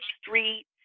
street